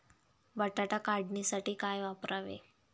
बटाटा काढणीसाठी काय वापरावे?